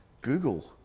Google